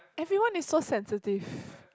everyone is so sensitive